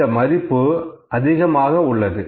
இந்த மதிப்பு அதிகமாக உள்ளது